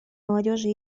молодежи